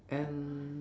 N